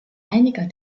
einiger